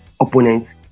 opponents